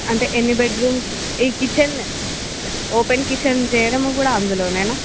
అంటే ఎన్ని bed rooms ఈ కిచెన్ ఓపెన్ కిచెన్ చేయడము కూడా అందులోనేనా